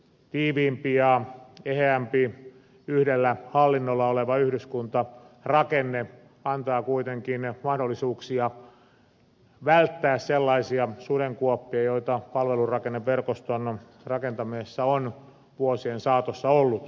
tiiviimpi eheämpi yhdellä hallinnolla oleva yhdyskuntarakenne antaa kuitenkin mahdollisuuksia välttää sellaisia sudenkuoppia joita palvelurakenneverkoston rakentamisessa on vuosien saatossa ollut